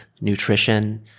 nutrition